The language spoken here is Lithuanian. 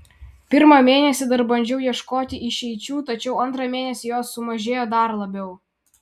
pirmą mėnesį dar bandžiau ieškoti išeičių tačiau antrą mėnesį jos sumažėjo dar labiau